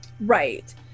Right